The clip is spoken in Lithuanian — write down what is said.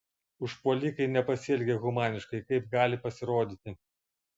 užpuolikai nepasielgė humaniškai kaip gali pasirodyti